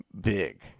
Big